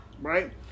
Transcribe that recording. Right